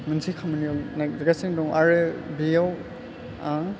मोनसे खामानियाव नागिरगासिनो दं आरो बेयाव आं